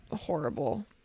horrible